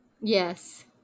Yes